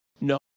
no